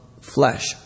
flesh